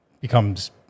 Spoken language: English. becomes